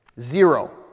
Zero